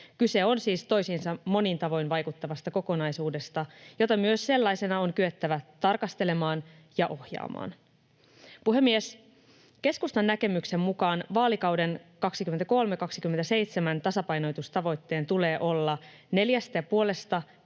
Kyse on siis toisiinsa monin tavoin vaikuttavasta kokonaisuudesta, jota myös sellaisena on kyettävä tarkastelemaan ja ohjaamaan. Puhemies! Keskustan näkemyksen mukaan vaalikauden 2023—2027 tasapainotustavoitteen tulee olla 4,5—5,5 miljardin